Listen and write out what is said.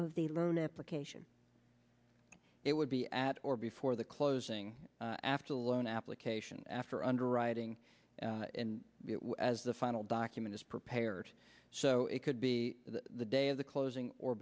of the loan application it would be at or before the closing after loan application after underwriting as the final document is prepared so it could be the day of the closing or